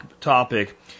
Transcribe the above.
topic